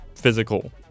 Physical